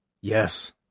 Yes